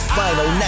final